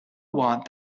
want